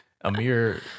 Amir